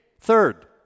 third